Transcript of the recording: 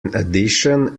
addition